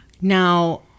Now